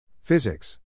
Physics